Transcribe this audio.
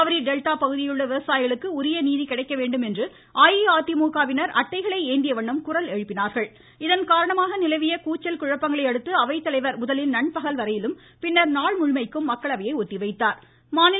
Kaveri delta பகுதியிலுள்ள விவசாயிகளுக்கு உரிய நீதி கிடைக்க வேண்டும் என்று அஇஅதிமுக வினர் அட்டைகளை ஏந்திய வண்ணம் குரல் எழுப்பினார்கள் இதன் காரணமாக நிலவிய கூச்சல் குழப்பங்களை அடுத்து அவைத்தலைவர் முதலில் நண்பகல் வரையிலும் பின்னர் நாள் முழுமைக்கும் அவையை ஒத்திவைத்தார்